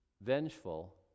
vengeful